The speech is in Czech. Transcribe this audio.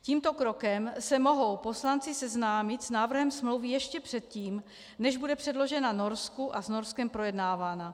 Tímto krokem se mohou poslanci seznámit s návrhem smlouvy ještě předtím, než bude předložena Norsku a s Norskem projednávána.